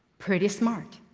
pretty smart.